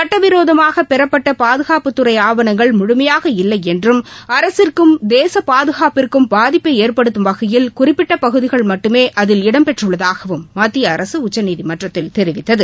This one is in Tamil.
சுட்டவிரோதமாக பெறப்பட்ட பாதுகாப்புத்துறை ஆவணங்கள் முழுமையாக இல்லை என்றும் அரசிற்கும் தேசுப்பாதுகாப்பிற்கும் பாதிப்பை ஏற்படுத்தும் வகையில் குறிப்பிட்ட பகுதிகள் மட்டுமே அதில் இடம்பெற்றுள்ளதாகவும் மத்தியஅரசு உச்சநீதிமன்றத்தில் தெரிவித்தது